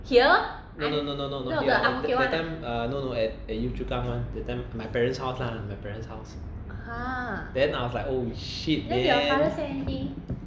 no no no no no no no no that time at at yio chu kang [one] that time my parents house lah my parents house ah then I was like oh shit man